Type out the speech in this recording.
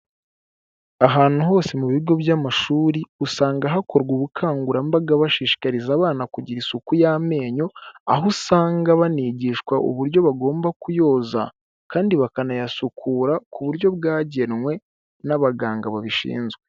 Ahantu hose mu bigo by'amashuri usanga hakorwa ubukangurambaga bashishikariza abana kugira isuku y'amenyo, aho usanga banigishwa uburyo bagomba kuyoza kandi bakanayasukura ku buryo bwagenwe n'abaganga babishinzwe.